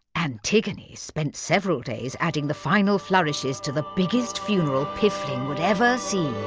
antigone spent several days adding the final flourishes to the biggest funeral piffling would ever see,